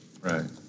Right